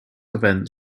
event